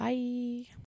Bye